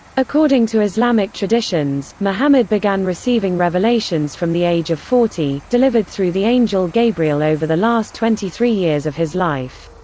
according to islamic traditions, muhammad began receiving revelations from the age of forty, delivered through the angel gabriel over the last twenty three years of his life.